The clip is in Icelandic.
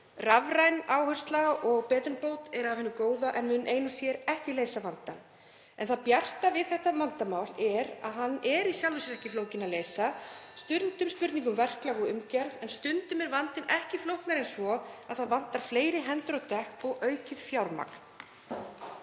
Rafræn áhersla og betrumbót er af hinu góða en mun ein og sér ekki leysa vandann. En það bjarta við þennan vanda er að hann er í sjálfu sér ekki flókinn að leysa. Það er stundum spurning um verklag og umgjörð (Forseti hringir.) en stundum er vandinn ekki flóknari en svo að það vantar fleiri hendur á dekk og aukið fjármagn.